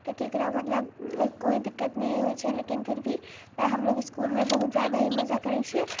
तऽ ककरो मतलब कोइ दिक्कत नहि होइ छै लेकिन फिर भी हमलोग इसकुलमे बहुत जादाही मजा करै छियै